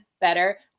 better